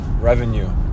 revenue